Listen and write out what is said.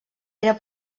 era